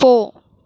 போ